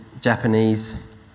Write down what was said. Japanese